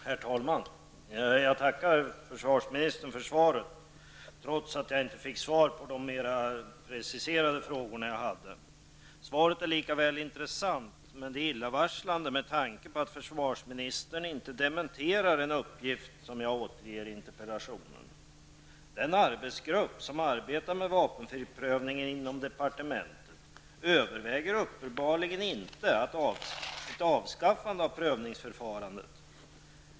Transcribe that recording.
Herr talman! Jag tackar försvarsministern för svaret, trots att jag inte fick något svar på mina mer preciserade frågor. Svaret är likväl intressant, men det är illavarslande med tanke på att försvarsministern inte dementerar en uppgift som jag återger i interpellationen. Den arbetsgrupp inom departementet som arbetar med frågan om vapenfriprövningen överväger uppenbarligen inte ett avskaffande av prövningsförfarandet.